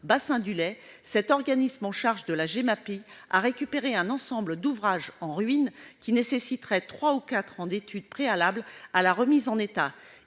bassin du Lay. Cet organisme chargé de la Gemapi a récupéré un ensemble d'ouvrages en ruine qui nécessiteraient trois ou quatre ans d'études préalables à leur remise en état.